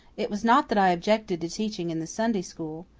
it was not that i objected to teaching in the sunday school.